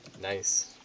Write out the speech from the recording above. Nice